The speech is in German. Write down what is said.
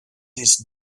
ist